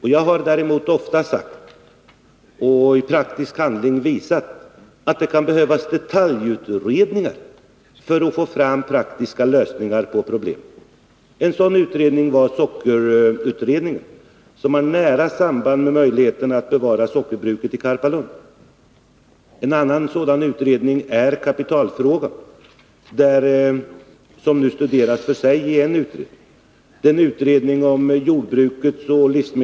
Jag har däremot ofta sagt och i praktisk handling visat, att det kan behövas detaljutredningar för att få fram bra lösningar på problem. En sådan utredning var sockerutredningen, som har nära samband med möjligheterna att bevara sockerbruket i Karpalund. Ett annat sådant exempel är kapitalfrågan, som nu studeras för sig i en utredning.